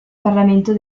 parlamento